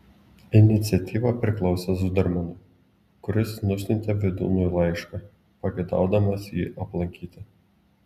iniciatyva priklausė zudermanui kuris nusiuntė vydūnui laišką pageidaudamas jį aplankyti